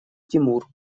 тимур